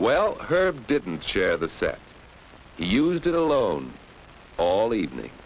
well her didn't share the same used it alone all evening